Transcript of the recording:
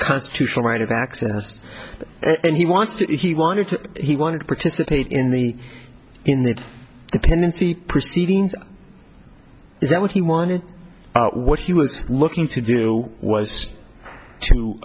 constitutional right of access and he wants to he wanted to he wanted to participate in the in the dependency proceedings is that what he wanted what he was looking to do was to